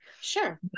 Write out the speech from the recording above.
Sure